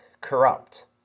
corrupt